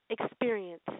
experience